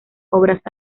obras